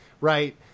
right